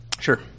Sure